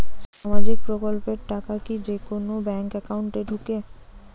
সামাজিক প্রকল্পের টাকা কি যে কুনো ব্যাংক একাউন্টে ঢুকে?